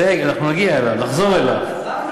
אנחנו נגיע אליו, נחזור אליו.